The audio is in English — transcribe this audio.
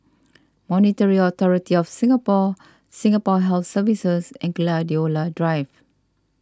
Monetary Authority of Singapore Singapore Health Services and Gladiola Drive